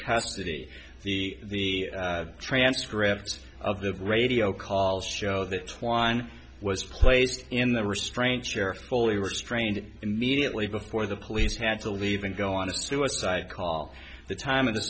custody the the transcript of the radio call show that twine was placed in the restraint chair fully restrained immediately before the police had to leave and go on a suicide call the time of the